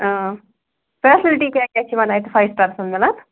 facility کیٛاہ کیٛاہ چھِ یِمن اَتہِ فایِو سِٹارس منٛز مِلان